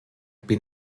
been